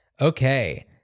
Okay